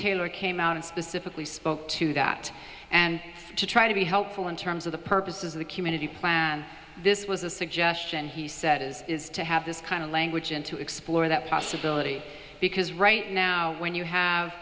taylor came out and specifically spoke to that and to try to be helpful in terms of the purposes of the community plan this was a suggestion he said is to have this kind of language and to explore that possibility because right now when you have